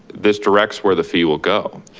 this directs where the fee will go.